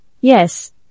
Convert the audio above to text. yes